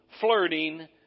flirting